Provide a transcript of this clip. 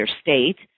state